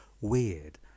weird